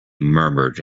murmured